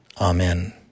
Amen